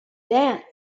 dance